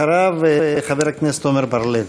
אחריו, חבר הכנסת עמר בר-לב.